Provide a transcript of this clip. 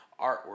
artwork